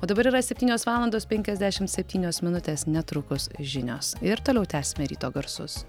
o dabar yra septynios valandos penkiasdešimt septynios minutes netrukus žinios ir toliau tęsime ryto garsus